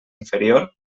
inferior